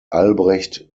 albrecht